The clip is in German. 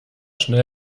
schnell